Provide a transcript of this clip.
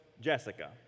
Jessica